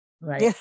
Right